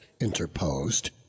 interposed